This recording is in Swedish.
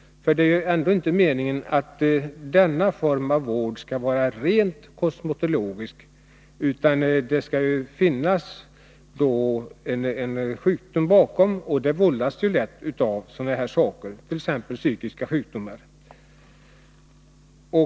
Det är inte meningen att denna form av vård skall vara rent kosmetologisk utan man skall kunna konstatera att en sjukdom föreligger, t.ex. en psykisk sjukdom, som lätt kan vållas av sådana besvär som det här är fråga om.